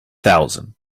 thousand